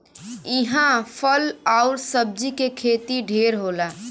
इहां फल आउर सब्जी के खेती ढेर होला